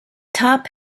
top